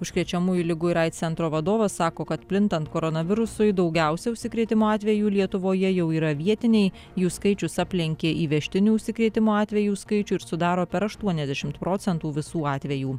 užkrečiamųjų ligų ir aids centro vadovas sako kad plintant koronavirusui daugiausiai užsikrėtimo atvejų lietuvoje jau yra vietiniai jų skaičius aplenkė įvežtinių užsikrėtimo atvejų skaičių ir sudaro per aštuoniasdešimt procentų visų atvejų